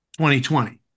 2020